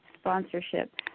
sponsorship